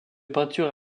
peinture